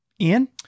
Ian